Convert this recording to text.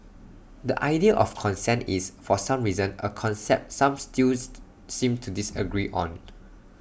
the idea of consent is for some reason A concept some still seem to disagree on